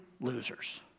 losers